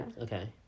Okay